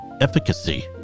efficacy